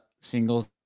singles